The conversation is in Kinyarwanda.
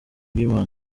bw’imana